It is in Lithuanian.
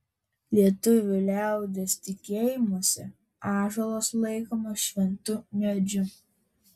lietuvių liaudies tikėjimuose ąžuolas laikomas šventu medžiu